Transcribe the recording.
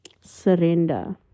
surrender